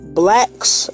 blacks